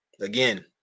again